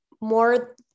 more